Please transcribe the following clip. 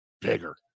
bigger